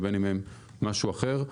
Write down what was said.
או משהו אחר.